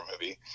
movie